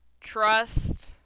trust